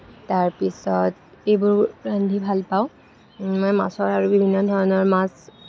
তাৰপিছত এইবোৰ ৰান্ধি ভাল পাওঁ মই মাছৰ বিভিন্ন ধৰণৰ মাছ